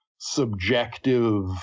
subjective